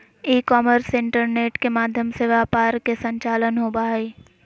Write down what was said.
e commerce internet के माध्यम से व्यापार के संचालन होबा हइ